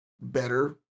better